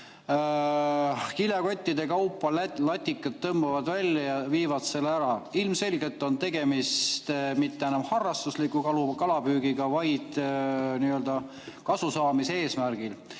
kilekottide kaupa tõmbavad latikat välja ja viivad selle ära. Ilmselgelt on tegemist mitte enam harrastusliku kalapüügiga, vaid püügiga kasu saamise eesmärgil.